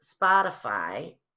Spotify